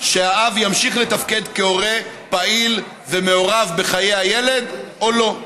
שהאב ימשיך לתפקד כהורה פעיל ומעורב בחיי הילד או לא.